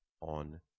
on